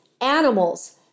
animals